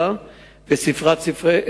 הדבר שגורם סבל רב לאנשים,